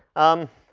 um,